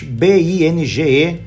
b-i-n-g-e